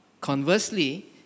Conversely